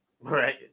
right